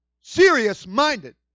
Serious-minded